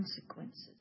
consequences